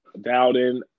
doubting